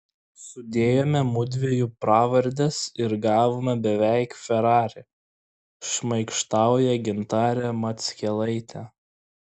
sudėjome mudviejų pravardes ir gavome beveik ferrari šmaikštauja gintarė mackelaitė